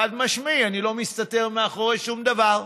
חד-משמעית, אני לא מסתתר מאחורי שום דבר.